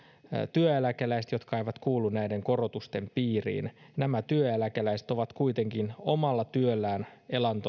työeläkeläiset jotka eivät kuulu näiden korotusten piiriin nämä työeläkeläiset ovat kuitenkin omalla työllään